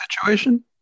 situation